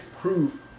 proof